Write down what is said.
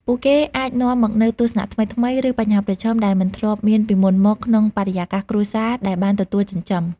ពួកគេអាចនាំមកនូវទស្សនៈថ្មីៗ ឬបញ្ហាប្រឈមដែលមិនធ្លាប់មានពីមុនមកក្នុងបរិយាកាសគ្រួសារដែលបានទទួលចិញ្ចឹម។